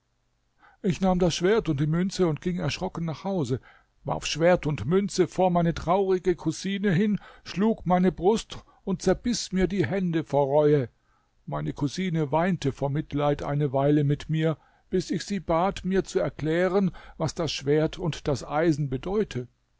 ich nahm das schwert und die münze und ging erschrocken nach hause warf schwert und münze vor meine traurige cousine hin schlug meine brust und zerbiß mir die hände vor reue meine cousine weinte vor mitleid eine weile mit mir bis ich sie bat mir zu erklären was das schwert und das eisen bedeute